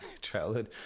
childhood